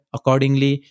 Accordingly